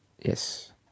Yes